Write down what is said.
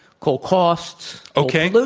coal costs okay.